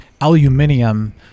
aluminium